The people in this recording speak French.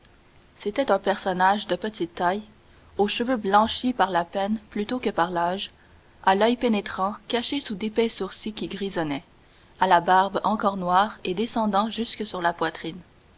c'était un personnage de petite taille aux cheveux blanchis par la peine plutôt que par l'âge à l'oeil pénétrant caché sous d'épais sourcils qui grisonnaient à la barbe encore noire et descendant jusque sur sa poitrine